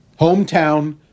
Hometown